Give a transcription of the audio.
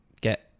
get